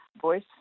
voice